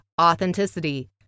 authenticity